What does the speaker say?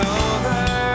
over